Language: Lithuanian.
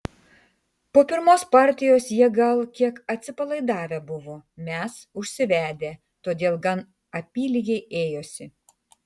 po pirmos partijos jie gal kiek atsipalaidavę buvo mes užsivedę todėl gan apylygiai ėjosi